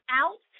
out